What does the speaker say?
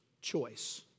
choice